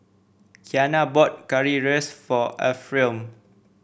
Kiana bought Currywurst for Ephriam